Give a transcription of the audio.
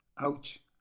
Ouch